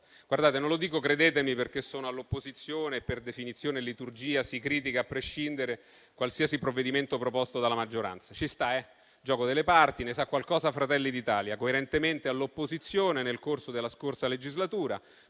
sbagliata. Non lo dico - credetemi - perché sono all'opposizione e, per definizione e liturgia, si critica a prescindere qualsiasi provvedimento proposto dalla maggioranza. Ci sta, è il gioco delle parti, ne sa qualcosa il Gruppo Fratelli d'Italia: coerentemente all'opposizione nel corso della scorsa legislatura,